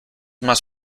más